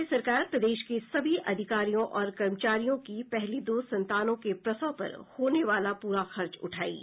राज्य सरकार प्रदेश के सभी अधिकारियों और कर्मचारियों की पहली दो संतानों के प्रसव पर होने वाला पूरा खर्च उठायेगी